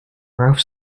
ralph